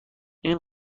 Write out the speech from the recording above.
این